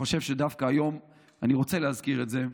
ודווקא היום אני רוצה להזכיר את זה.